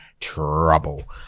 trouble